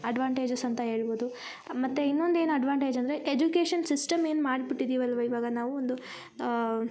advantages ಅಂತ ಹೇಳ್ಬೊದು ಮತ್ತು ಇನ್ನೊಂದು ಏನು ಅಡ್ವಾನ್ಟೇಜ್ ಅಂದರೆ ಎಜುಕೇಶನ್ ಸಿಸ್ಟಮ್ ಏನು ಮಾಡ್ಬಿಟ್ಟಿದೀವಲ್ಲವಾ ಇವಾಗ ನಾವು ಒಂದು